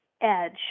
edge